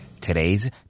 Today's